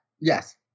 Yes